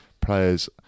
players